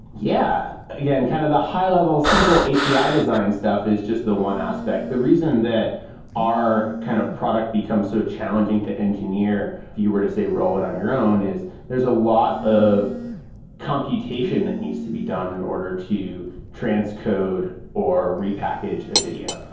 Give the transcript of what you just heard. yeah. yeah and kind of the high-level simple api design stuff is just the one aspect. the reason that our kind of product becomes so challenging to engineer if you were to say roll it on your own, is there's a lot of computation that needs to be done in order to transcode or repackage a video.